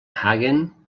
hagen